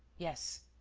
yes.